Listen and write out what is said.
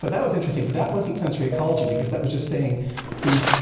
but that was interesting, but that wasn't sensory ecology because that was just saying these